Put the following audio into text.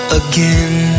again